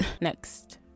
Next